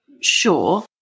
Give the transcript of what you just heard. sure